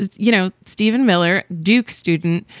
you know, stephen miller, duke student,